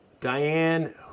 Diane